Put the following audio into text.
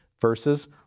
versus